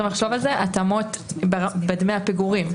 לחשוב על זה התאמות בדמי הפיגורים.